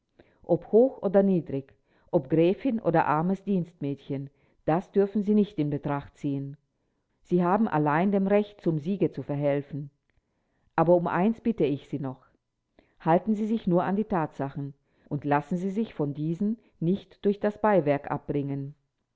ob hoch oder niedrig ob gräfin oder armes dienstmädchen das dürfen sie nicht in betracht ziehen sie haben allein dem recht zum siege zu verhelfen aber um eins bitte ich sie noch halten sie sich nur an die tatsachen und lassen sie sich von diesen nicht durch das beiwerk abbringen